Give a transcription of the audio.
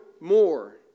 more